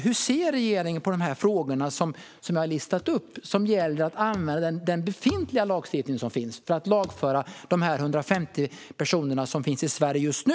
Hur ser regeringen på de frågor som jag har radat upp, som gäller att använda den befintliga lagstiftningen för att lagföra de 150 personer som finns i Sverige just nu?